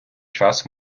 час